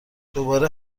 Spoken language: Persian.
دوباره